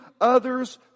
others